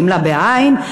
גמלה בעין.